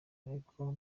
ariko